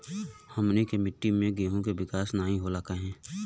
हमनी के मिट्टी में गेहूँ के विकास नहीं होला काहे?